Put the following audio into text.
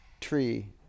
tree